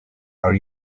are